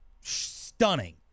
stunning